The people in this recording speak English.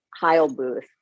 Heilbooth